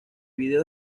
video